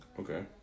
okay